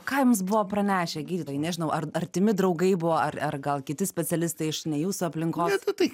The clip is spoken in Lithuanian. ką jums buvo pranešę gydytojai nežinau ar artimi draugai buvo ar ar gal kiti specialistai iš ne jūsų aplinkos tai